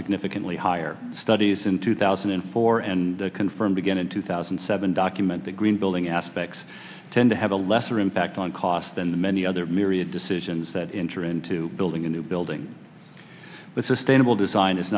significantly higher studies in two thousand and four and confirmed again in two thousand and seven document the green building aspects tend to have a lesser impact on cost than the many other myriad decisions that enter into building a new building but sustainable design i